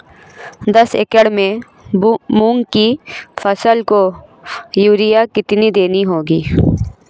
दस एकड़ में मूंग की फसल को यूरिया कितनी देनी होगी?